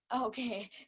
okay